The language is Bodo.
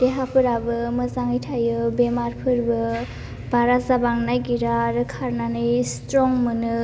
देहाफोराबो मोजाङै थायो बेमारफोरबो बारा जाबांनाय गैया आरो खारनानै स्ट्रं मोनो